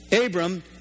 Abram